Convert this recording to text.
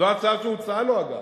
זו ההצעה שהוצעה לו, אגב,